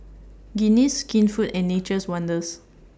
Guinness Skinfood and Nature's Wonders